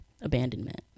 abandonment